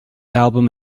album